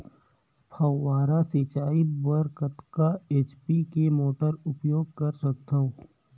फव्वारा सिंचाई बर कतका एच.पी के मोटर उपयोग कर सकथव?